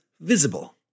visible